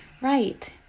Right